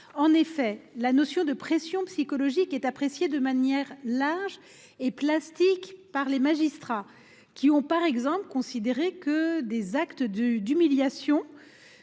En effet, la notion de pressions psychologiques est appréciée de manière large et plastique par les magistrats. Ceux ci ont par exemple considéré, dans un